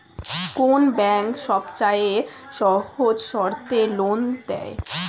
কোন ব্যাংক সবচেয়ে সহজ শর্তে লোন দেয়?